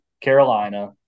Carolina